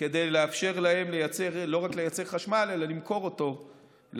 כדי לאפשר להם לא רק לייצר חשמל אלא למכור אותו לצרכנים,